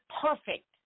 Perfect